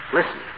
Listen